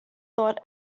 thought